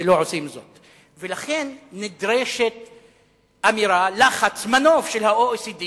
ולכן נדרשת אמירה, לחץ, מנוף של ה-OECD